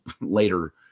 later